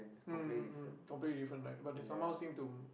mm mm mm probably different right but they somehow seem to